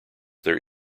their